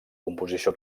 composició